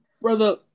Brother